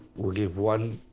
we'll give one